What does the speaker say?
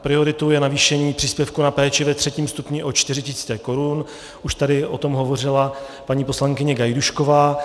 Prioritou je navýšení příspěvku na péči ve třetím stupni o 4 tisíce korun už tady o tom hovořila paní poslankyně Gajdůšková.